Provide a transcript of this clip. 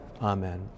amen